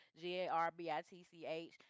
g-a-r-b-i-t-c-h